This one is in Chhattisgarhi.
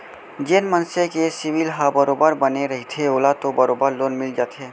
जेन मनसे के सिविल ह बरोबर बने रहिथे ओला तो बरोबर लोन मिल जाथे